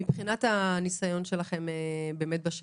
מבחינת הניסיון בשטח,